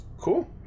Cool